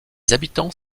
habitants